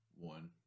One